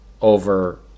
over